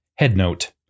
Headnote